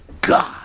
God